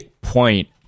point